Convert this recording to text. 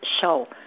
Show